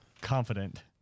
confident